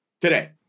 today